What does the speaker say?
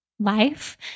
life